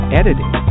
editing